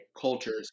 Cultures